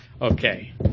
Okay